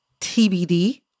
TBD